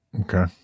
Okay